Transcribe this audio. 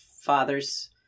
father's